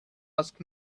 ask